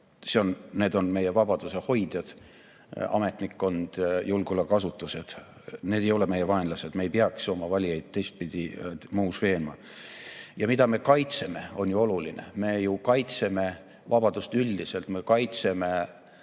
Need on meie vabaduse hoidjad – ametnikkond, julgeolekuasutused –, need ei ole meie vaenlased. Me ei peaks oma valijaid teistpidises veenma. Ja see, mida me kaitseme, on oluline. Me kaitseme vabadust üldiselt, me kaitseme